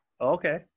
Okay